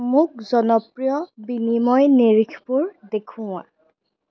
মোক জনপ্ৰিয় বিনিময় নিৰিখবোৰ দেখুওৱা